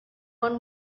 one